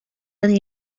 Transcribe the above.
and